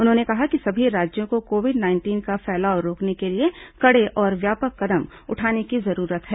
उन्होंने कहा कि सभी राज्यों को कोविड नाइंटीन का फैलाव रोकने के लिए कड़े और व्यापक कदम उठाने की जरूरत है